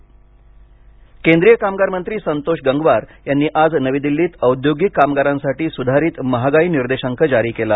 महागाई निर्देशाक केंद्रीय कामगार मंत्री संतोष गंगवार यांनी आज नवी दिल्लीत औद्योगिक कामगारांसाठी सुधारित महागाई निर्देशांक जारी केला